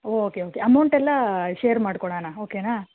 okay okay amount ಎಲ್ಲ share ಮಾಡ್ಕೊಳ್ಳಣ ಓಕೆನಾ